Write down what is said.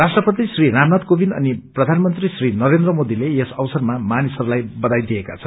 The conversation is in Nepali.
राष्ट्रपति श्री रामनाथ कोविन्द अनि प्रथानमंत्री श्री नरेन्द्र मोदीले यस अवसरमा मानिसहरूलाई बधाई दिएका छन्